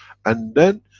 and then,